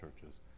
churches